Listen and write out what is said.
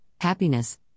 happiness